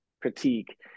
critique